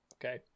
okay